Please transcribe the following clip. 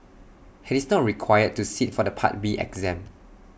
he is not required to sit for the part B exam